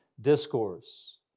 discourse